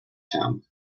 town